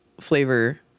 flavor